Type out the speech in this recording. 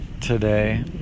today